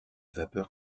vapeurs